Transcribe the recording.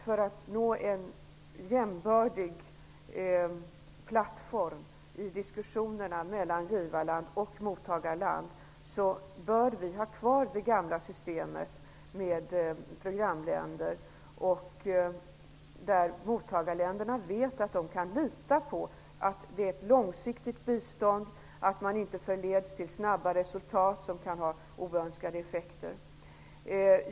För att nå en jämbördig plattform i diskussionerna mellan givar och mottagarland bör vi behålla det gamla systemet med programländer, där mottagarländerna vet att de kan lita på att biståndet är långsiktigt, så att man inte förleds till snabba resultat som kan ge oönskade effekter.